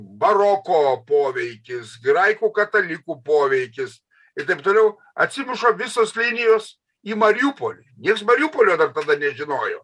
baroko poveikis graikų katalikų poveikis ir taip toliau atsimuša visos linijos į mariupolį nieks mariupolio dar tada nežinojo